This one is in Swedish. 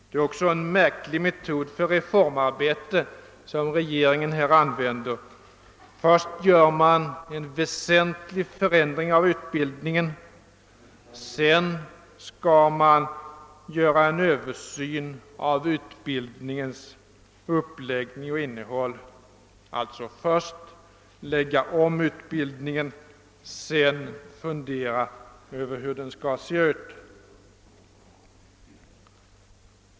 Det är ockå en märklig metod för reformarbete som regeringen i detta fall använder. Först gör man en väsentlig förändring av utbildningen. Sedan skall man göra en översyn av utbildningens uppläggning och innehåll. Man skall alltså först lägga om utbildningen och sedan fundera över hur den skall se ut.